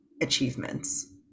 achievements